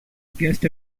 guest